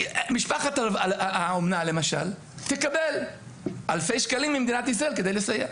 משפחת האומנה למשל תקבל אלפי שקלים ממדינת ישראל כדי לסייע.